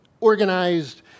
organized